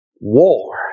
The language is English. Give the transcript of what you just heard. war